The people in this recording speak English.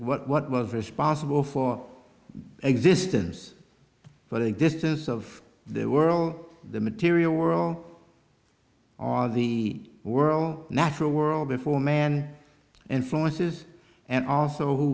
that what was responsible for existence for the existence of the world the material world all the whirl natural world before man influences and also who